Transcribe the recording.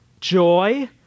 joy